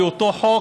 באותו חוק,